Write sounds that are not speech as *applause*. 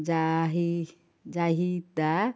*unintelligible* ଚାହିତା